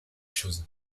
choses